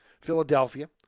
Philadelphia